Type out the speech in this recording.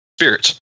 spirits